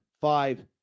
five